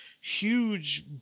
huge